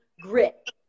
grit